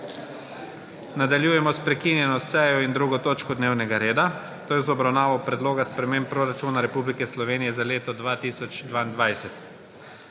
Nadaljujemo s prekinjeno sejo in 2. točko dnevnega reda, to je z obravnavo Predloga sprememb proračuna Republike Slovenije za leto 2022.